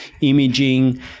imaging